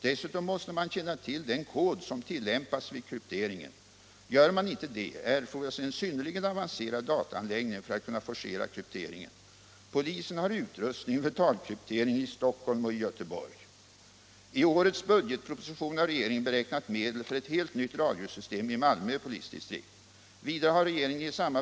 Dessutom måste man känna till den kod som tillämpats vid krypteringen. Gör man inte det erfordras en synnerligen avancerad dataanläggning för att kunna forcera krypteringen.